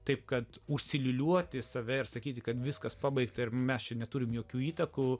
taip kad užsiliūliuoti save ir sakyti kad viskas pabaigta ir mes neturime jokių įtakų